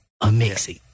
Amazing